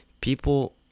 People